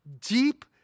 deep